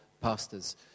pastors